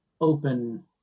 open